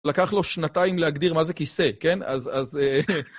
לקח לו שנתיים להגדיר מה זה כיסא, כן? אז...